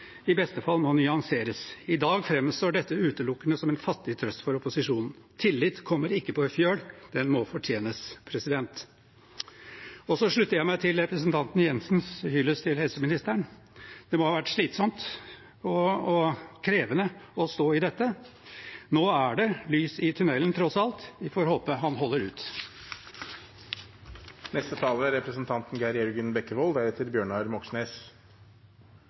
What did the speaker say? i beste fall må nyanseres. I dag framstår dette utelukkende som en fattig trøst for opposisjonen. Tillit kommer ikke på ei fjøl, den må fortjenes. Jeg slutter meg til representanten Jensens hyllest til helseministeren. Det må ha vært slitsomt og krevende å stå i dette. Nå er det lys i tunnelen tross alt. Vi får håpe han holder ut.